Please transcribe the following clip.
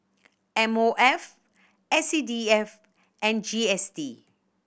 M O F S C D F and G S T